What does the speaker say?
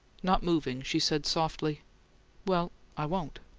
not moving, she said softly well i won't!